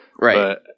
Right